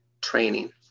training